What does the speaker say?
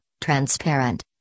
Transparent